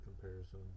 comparison